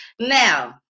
now